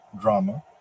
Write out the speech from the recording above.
drama